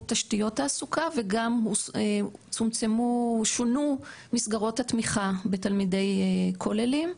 תשתיות תעסוקה וגם צומצמו או שונו מסגרות התמיכה בתלמידי כוללים.